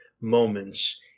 moments